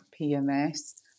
PMS